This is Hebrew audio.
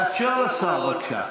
תאפשר לשר, בבקשה.